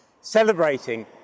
celebrating